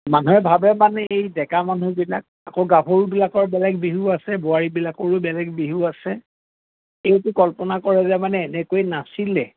মানুহে ভাৱে মানে এই ডেকা মানুহবিলাক আকৌ গাভৰুবিলাকৰ বেলেগ বিহু আছে বোৱাৰীবিলাকৰো বেলেগ বিহু আছে এইটো কল্পনা কৰে যে মানে এনেকৈ নাচিলে